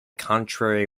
contrary